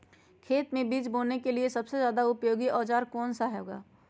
खेत मै बीज बोने के लिए सबसे ज्यादा उपयोगी औजार कौन सा होगा?